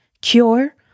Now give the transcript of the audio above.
cure